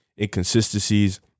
inconsistencies